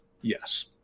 Yes